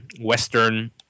western